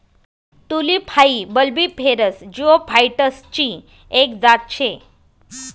tulip हाई bulbiferous जिओफाइटसची एक जात शे